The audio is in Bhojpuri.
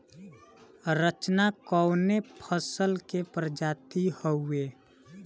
रचना कवने फसल के प्रजाति हयुए?